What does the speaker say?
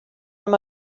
from